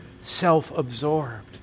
self-absorbed